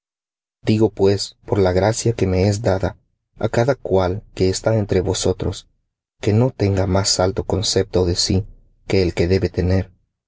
digo pues por la gracia que me es dada á cada cual que está entre vosotros que no tenga más alto concepto de sí que el que debe tener